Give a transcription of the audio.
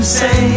say